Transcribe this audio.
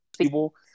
people